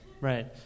right